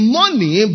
money